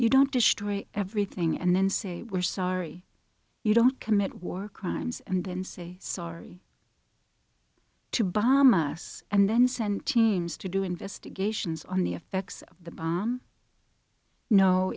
you don't destroy everything and then say we're sorry you don't commit war crimes and then say sorry to bomb us and then send teams to do investigations on the effects of the bomb no